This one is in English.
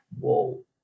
whoa